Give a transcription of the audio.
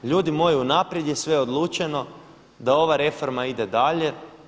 Ljudi moji unaprijed je sve odlučeno da ova reforma ide dalje.